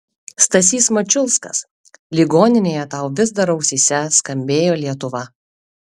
stasys mačiulskas ligoninėje tau vis dar ausyse skambėjo lietuva